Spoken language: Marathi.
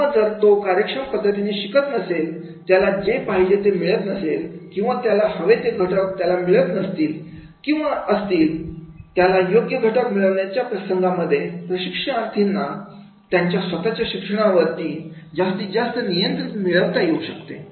किंवा जर तो कार्यक्षमपणे शिकत नसेल त्याला जे पाहिजे ते मिळत नसेल किंवा त्याला हवे ते घटक त्याला मिळत असतील किंवा नसतीलत्याला योग्य घटक मिळवण्याच्या प्रसंगांमध्ये प्रशिक्षणार्थींना त्यांच्या स्वतःच्या शिक्षणावर ती जास्तीत जास्त नियंत्रण मिळवता येऊ शकते